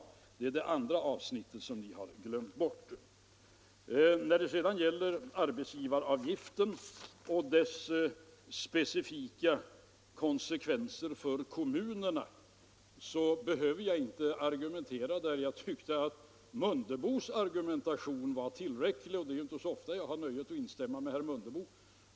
Det är det andra avsnittet som ni har glömt. I fråga om arbetsgivaravgiften och dess specifika konsekvenser för kommunerna behöver jag inte argumentera. Jag tyckte att herr Mundebos argumentation var tillräcklig. Det är ju inte så ofta jag har nöjet att instämma med herr Mundebo.